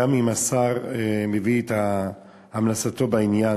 גם אם השר מביא את המלצתו בעניין.